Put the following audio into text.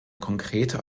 konkrete